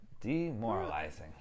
Demoralizing